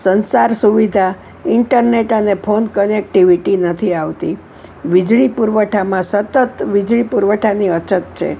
સંચાર સુવિધા ઇન્ટનેટ અને ફોન કનેક્ટિવિટી નથી આવતી વીજળી પુરવઠામાં સતત વીજળી પુરવઠાની અછત છે